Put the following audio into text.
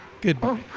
Goodbye